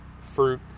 fruit